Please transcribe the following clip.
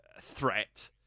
threat